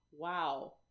wow